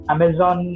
Amazon